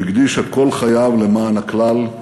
הוא הקדיש את כל חייו למען הכלל.